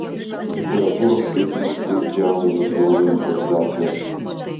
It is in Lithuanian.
literatūros skaitymus keis džiazo virtuozų improvizacijos